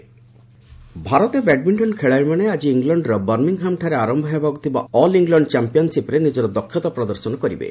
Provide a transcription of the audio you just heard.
badminton ଭାରତୀୟ badminton ଖେଳାଳୀମାନେ ଆଜି ଇଂଲଣ୍ଡର ବର୍ମିଙ୍ଗ୍ହାମ୍ଠାରେ ଆରମ୍ଭ ହେବାକୁ ଥିବା ଅଲ୍ ଇଂଲଣ୍ଡ୍ ଚାମ୍ପିୟନ୍ସିପ୍ରେ ନିଜର ଦକ୍ଷତା ପ୍ରଦର୍ଶନ କରିବେ